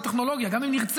זה טכנולוגיה וגם אם נרצה,